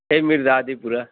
یہی میر زادی پور